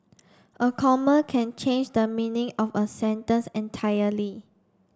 a comma can change the meaning of a sentence entirely